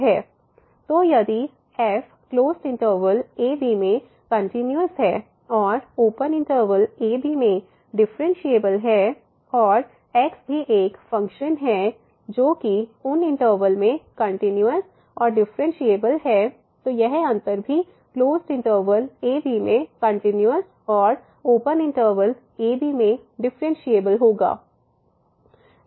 तो यदि f closed interval a b में कंटिन्यूस है और ओपन इंटरवल a b में डिफरेंशिएबल है और x भी एक फंकशन है जोकि उन इनटर्वल में कंटिन्यूस और डिफरेंशिएबल है तो यह अन्तर भी क्लोसड इंटरवल a b में कंटिन्यूस और ओपन इंटरवल a b में डिफरेंशिएबल होगा